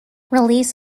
released